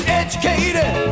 educated